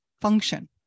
function